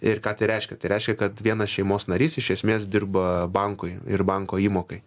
ir ką tai reiškia tai reiškia kad vienas šeimos narys iš esmės dirba bankui ir banko įmokai